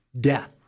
death